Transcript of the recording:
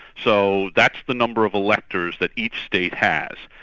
so that's the number of electors that each state has.